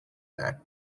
that